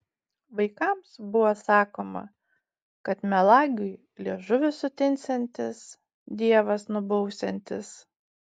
vaikams buvo sakoma kad melagiui liežuvis sutinsiantis dievas nubausiantis